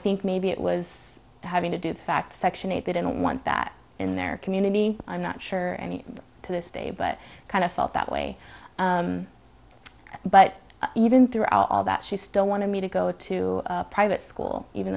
think maybe it was having to do the fact section eight didn't want that in their community i'm not sure i mean to this day but kind of felt that way but even throughout all that she still wanted me to go to private school even